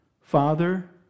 Father